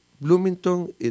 Bloomington